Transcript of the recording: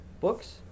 Books